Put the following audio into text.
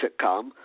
sitcom